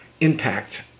impact